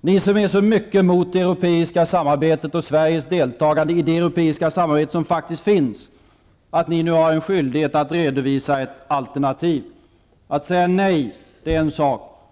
ni som är så mycket mot det europeiska samarbetet och Sveriges deltagande i det europeiska samarbete som faktiskt finns, nu har skyldighet att redovisa ett alternativ. Att säga nej är en sak.